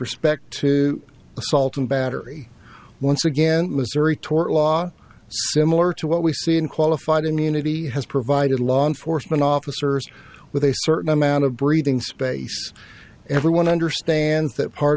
respect to assault and battery once again missouri tort law similar to what we've seen qualified immunity has provided law enforcement officers with a certain amount of breathing space everyone understands that part